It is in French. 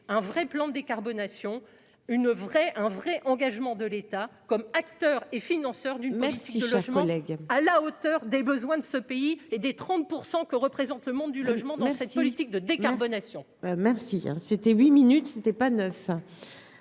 un vrai plan de décarbonation, une vraie, un vrai engagement de l'État comme acteur et financeurs du même si son collègue à la hauteur des besoins de ce pays et des 30 % que représentent le monde du logement dans cette politique de décarbonation. Merci, hein, c'était huit minutes ce n'était pas